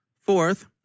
Fourth